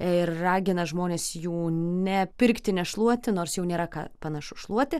ir ragina žmones jų nepirkti nešluoti nors jau nėra ką panašu šluoti